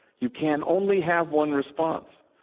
you can only have one response,